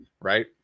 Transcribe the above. right